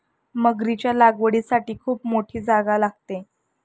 मगरीच्या लागवडीसाठी खूप मोठी जागा लागते